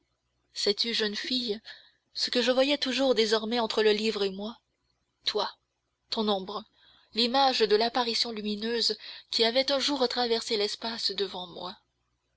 sais-tu jeune fille ce que je voyais toujours désormais entre le livre et moi toi ton ombre l'image de l'apparition lumineuse qui avait un jour traversé l'espace devant moi